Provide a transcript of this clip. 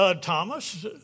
Thomas